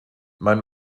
mein